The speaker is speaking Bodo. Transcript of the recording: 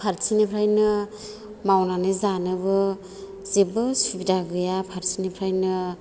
फारसेनिफ्रायनो मावनानै जानोबो जेबो सुबिदा गैया फारसेनिफ्रायनो